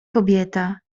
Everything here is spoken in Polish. kobieta